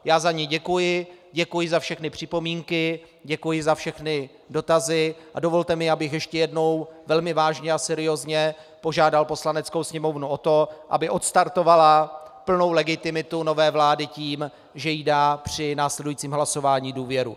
Já za ni děkuji, děkuji za všechny připomínky, děkuji za všechny dotazy a dovolte mi, abych ještě jednou velmi vážně a seriózně požádal Poslaneckou sněmovnu o to, aby odstartovala plnou legitimitu nové vlády tím, že jí dá při následujícím hlasování důvěru.